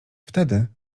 wtedy